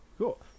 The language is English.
cool